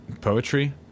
poetry